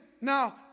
Now